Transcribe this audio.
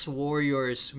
warriors